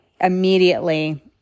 immediately